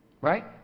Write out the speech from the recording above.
Right